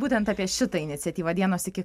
būtent apie šitą iniciatyvą dienos iki